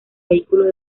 vehículos